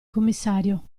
commissario